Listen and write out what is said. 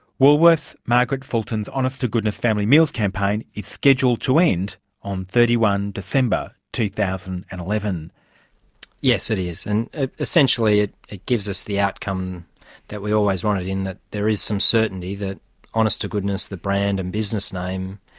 woolworths margaret fulton's honest to goodness family meals campaign is scheduled to end on thirty one december, two thousand and eleven. matt ward yes it is, and ah essentially it it gives us the outcome that we always wanted in that there is some certainty that honest to goodness, the brand and business name,